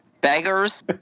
beggars